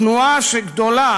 תנועה גדולה,